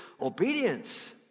Obedience